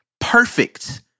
perfect